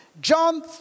John